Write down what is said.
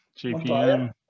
JPM